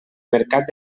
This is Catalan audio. mercat